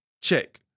check